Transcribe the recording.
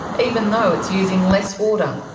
even though it's using less water.